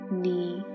knee